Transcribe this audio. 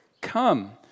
Come